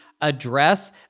address